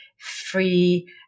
free